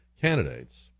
candidates